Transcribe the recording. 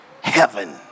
heaven